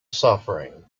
suffering